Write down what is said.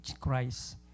Christ